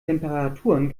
temperaturen